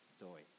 story